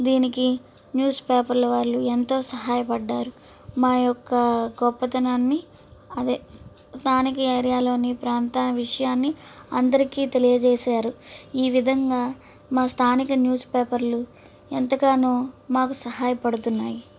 దీనికి news paper వాళ్ళు ఎంతో సహాయపడినారు మా యొక్క గొప్పతనాన్ని అదే స్థానిక ఏరియాలోని ప్రాంతాల విషయాన్ని అందరికీ తెలియచేశారు ఈ విధంగా మా స్థానిక న్యూస్ పేపర్లు ఎంతగానో మాకు సహాయ పడుతున్నాయి